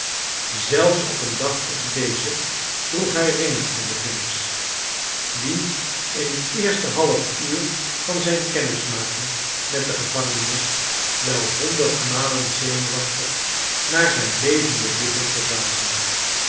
zelfs op een dag als deze droeg hij ringen aan de vingers die in het eerste half uur van zijn kennismaking met de gevangenis wel honderd malen zenuwachtig naar zijn bevende lippen